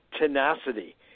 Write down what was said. tenacity